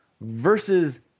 versus